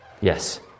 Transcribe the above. Yes